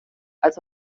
als